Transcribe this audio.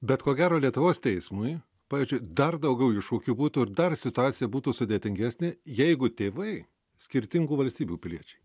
bet ko gero lietuvos teismui pavyzdžiui dar daugiau iššūkių būtų ir dar situacija būtų sudėtingesnė jeigu tėvai skirtingų valstybių piliečiai